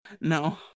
No